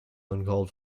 uncalled